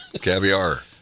caviar